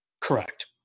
correct